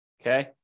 Okay